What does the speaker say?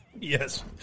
Yes